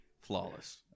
Flawless